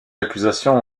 accusations